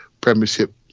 Premiership